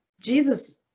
Jesus